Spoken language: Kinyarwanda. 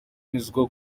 yemezwa